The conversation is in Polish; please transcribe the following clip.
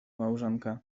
małżonka